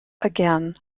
again